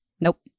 Nope